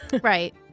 Right